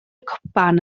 cwpan